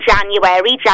January